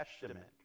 Testament